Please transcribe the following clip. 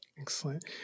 Excellent